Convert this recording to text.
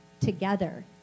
together